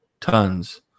tons